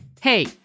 Hey